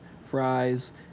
fries